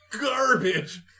Garbage